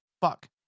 fuck